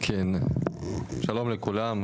שלום לכולם,